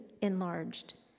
enlarged